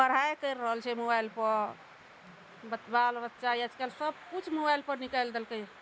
पढ़ाइ करि रहल छै मोबाइल पर बाल बच्चा आइकाल्हि सबकिछु मोबाइल पर निकालि देलकै